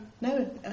No